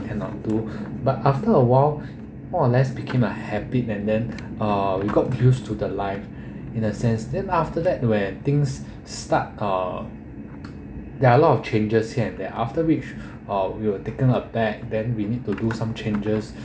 cannot do but after a while more or less became a habit and then uh we got used to the life in a sense then after that where things start uh there are a lot of changes here and that after which uh we were taken aback then we need to do some changes